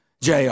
JR